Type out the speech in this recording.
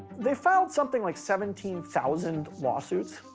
they filed something like seventeen thousand lawsuits.